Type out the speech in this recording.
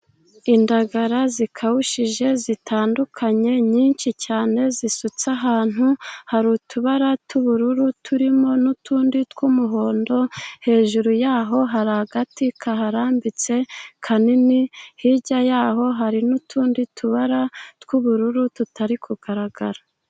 Indagara zikabushije zitandukanye , nyinshi cyane , zisutse ahantu hari utubara tw'ubururu turimo n'utundi tw'umuhondo . Hejuru yaho hari agati kaharambitse kanini , hirya yaho hari n'utundi tubara tw'ubururu tutari kugaragara.